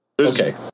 Okay